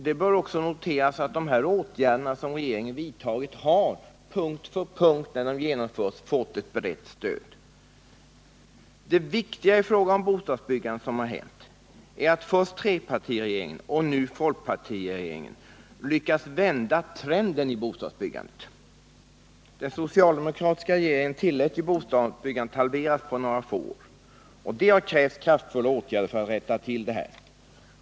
Det bör också noteras att de åtgärder som regeringen vidtagit har fått ett brett stöd vid genomförandet. Det viktigaste som hänt när det gäller bostadsbyggandet är att trepartiregeringen och folkpartiregeringen lyckats vända trenden i bostadsbyggandet. Den socialdemokratiska regeringen tillät ju att bostadsbyggandet halverades på några få år, och det har krävts kraftfulla åtgärder för att rätta till detta.